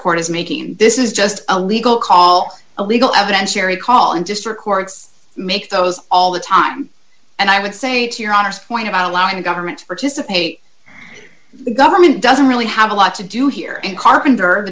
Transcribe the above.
court is making this is just a legal call a legal evidence sherry call in district courts make those all the time and i would say to your honor's point about allowing the government participate the government doesn't really have a lot to do here and carpenter the